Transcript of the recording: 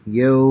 yo